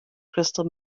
crystal